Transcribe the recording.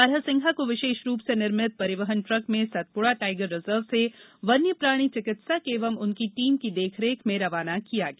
बारासिंघा को विशेष रूप से निर्मित परिवहन ट्रक में सतपुड़ा टाइगर रिजर्व से वन्य प्राणी चिकित्सक एवं उनकी टीम की देख रेख में रवाना किया गया